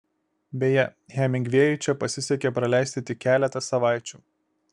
beje hemingvėjui čia pasisekė praleisti tik keletą savaičių